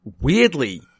weirdly